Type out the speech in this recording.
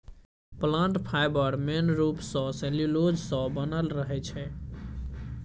plant fibre main रुप सँ cellulose सँ बनल रहै छै